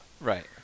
Right